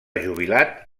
jubilat